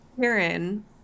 karen